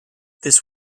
this